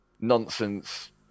nonsense